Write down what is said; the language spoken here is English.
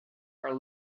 are